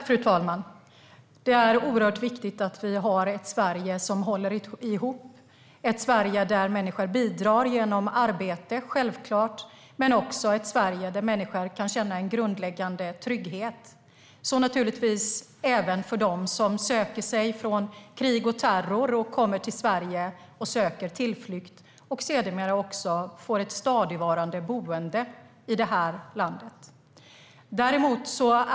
Fru talman! Det är viktigt att vi har ett Sverige som håller ihop, ett Sverige där människor bidrar genom arbete men också ett Sverige där människor kan känna en grundläggande trygghet. Det gäller naturligtvis även dem som flyr från krig och terror och söker tillflykt i Sverige och sedermera får ett stadigvarande boende i vårt land.